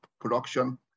production